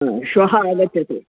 श्वः आगच्छतु